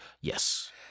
Yes